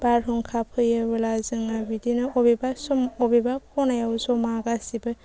बारहुंखा फैयोबोला जोङो बिदिनो बबेबा सम बबेबा खनायाव ज'मा गासिबो